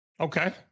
Okay